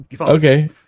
Okay